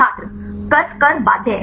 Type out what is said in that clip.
छात्र कसकर बाध्य